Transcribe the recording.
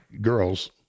girls